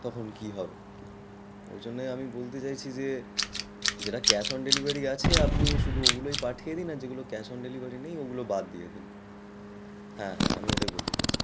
তখন কী হবে ওই জন্যই আমি বলতে চাইছি যে যেটা ক্যাশ অন ডেলিভারি আছে আপনি শুদু ওগুলোই পাঠিয়ে দিন আর যেগুলো ক্যাশ অন ডেলিভারি নেই ওগুলো বাদ দিয়ে দিন হ্যাঁ হ্যাঁ আমি ওটাই বলতে চাইছি